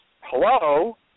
hello